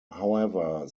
however